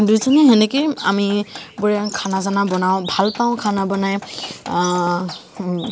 দুইজনীয়ে তেনেকৈই আমিবোৰে খানা চানা বনাওঁ ভাল পাওঁ খানা বনাই